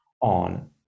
on